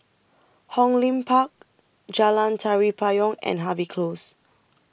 Hong Lim Park Jalan Tari Payong and Harvey Close